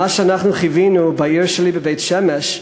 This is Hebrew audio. מה שאנחנו חווינו בעיר שלי, בבית-שמש,